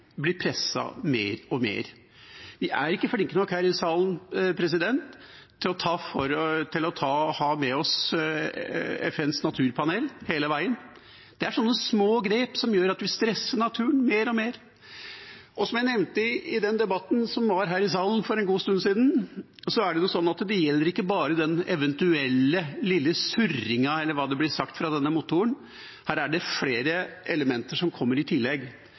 blir presset mer og mer. Vi er ikke flinke nok her i salen til å ha med oss FNs naturpanel hele veien. Det er slike små grep som gjør at vi stresser naturen mer og mer. Som jeg nevnte i den debatten som var her i salen for en god stund siden, gjelder det ikke bare den eventuelle lille surringen, eller hva det ble sagt, fra motoren. Her er det flere elementer som kommer i tillegg.